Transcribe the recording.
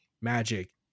magic